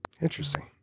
Interesting